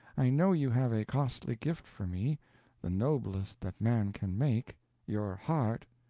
i know you have a costly gift for me the noblest that man can make your heart!